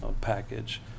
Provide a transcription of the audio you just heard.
package